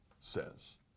says